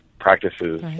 practices